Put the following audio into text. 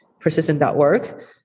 persistent.org